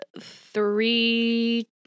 three